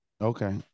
Okay